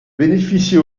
bénéficie